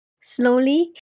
Slowly